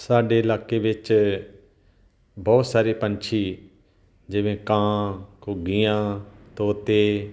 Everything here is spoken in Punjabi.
ਸਾਡੇ ਇਲਾਕੇ ਵਿੱਚ ਬਹੁਤ ਸਾਰੇ ਪੰਛੀ ਜਿਵੇਂ ਕਾਂ ਘੁੱਗੀਆਂ ਤੋਤੇ